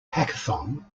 hackathon